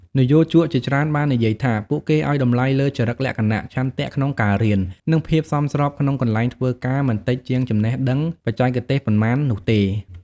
និយោជកជាច្រើនបាននិយាយថា ពួកគេឲ្យតម្លៃលើចរិតលក្ខណៈ ឆន្ទៈក្នុងការរៀន និងភាពសមស្របក្នុងកន្លែងធ្វើការមិនតិចជាងចំណេះដឹងបច្ចេកទេសប៉ុន្មាននោះទេ។